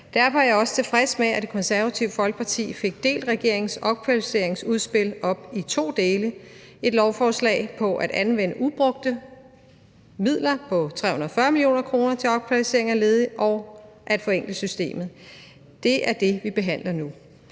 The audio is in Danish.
Derfor er jeg også tilfreds med, at Det Konservative Folkeparti fik delt regeringens opkvalificeringsudspil op i to dele – et lovforslag om at anvende ubrugte midler, 340 mio. kr., til opkvalificering af ledige og at forenkle systemet, og det er det, vi behandler nu,